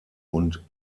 und